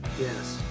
Yes